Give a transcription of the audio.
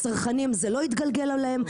הצרכנים זה לא התגלגל עליהם,